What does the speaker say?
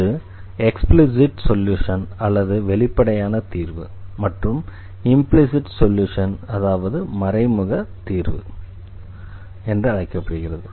அது explicit solution அதாவது வெளிப்படையான தீர்வு மற்றும் இம்ப்ளிஸிட் சொல்யூஷன் அதாவது மறைமுக தீர்வு என்று அழைக்கப்படுகிறது